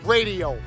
Radio